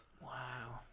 Wow